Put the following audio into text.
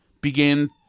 began